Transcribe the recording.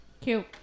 cute